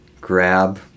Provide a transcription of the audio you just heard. grab